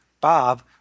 Bob